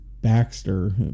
Baxter